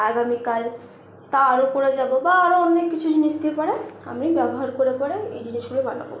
আগামীকাল তা যাবে বা আরও অনেককিছু জিনিস দিয়ে পরে আমি ব্যবহার করে করে এই জিনিসগুলো বানাবো